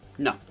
No